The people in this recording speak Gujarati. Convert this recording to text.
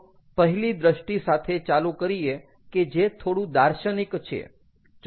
તો પહેલી દ્રષ્ટિ સાથે ચાલુ કરીએ કે જે થોડું દાર્શનિક છે